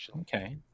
Okay